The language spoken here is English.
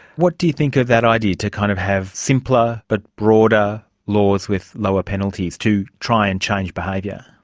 what do you think of that idea, to kind of have simpler but broader laws with lower penalties to try and change behaviour?